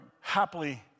happily